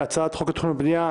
והצעת חוק התכנון והבנייה,